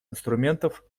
инструментов